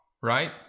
right